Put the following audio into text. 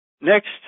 Next